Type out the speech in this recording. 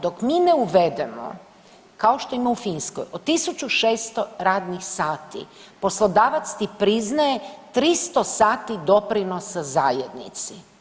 Dok mi ne uvedemo, kao što ima u Finskoj od 1600 radnih sati, poslodavac ti priznaje 300 sati doprinosa zajednici.